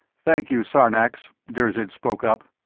thank you, sarnax, dirzed spoke up.